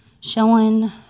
showing